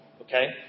Okay